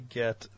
get